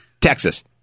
Texas